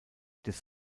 des